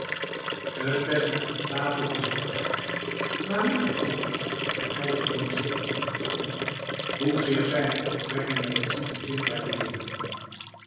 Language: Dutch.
het beste aan tafel was voor haar marie en bronkhorst beijverden zich om te tonen hoezeer zij het optrekken met het zieke kind waardeerden